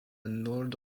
nord